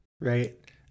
Right